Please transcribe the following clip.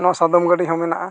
ᱱᱚᱣᱟ ᱥᱟᱫᱚᱢ ᱜᱟᱹᱰᱤᱦᱚᱸ ᱢᱮᱱᱟᱜᱼᱟ